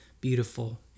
beautiful